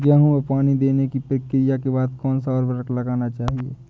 गेहूँ में पानी देने की प्रक्रिया के बाद कौन सा उर्वरक लगाना चाहिए?